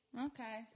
Okay